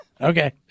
Okay